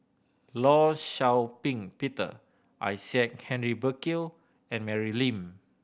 Law Shau Ping Peter Isaac Henry Burkill and Mary Lim